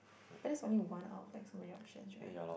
but that's only one out of like so many options right